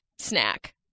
snack